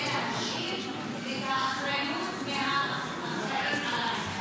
להשיל את האחריות מהאחראים על העניין.